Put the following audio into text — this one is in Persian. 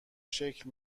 شکل